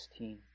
16